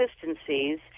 consistencies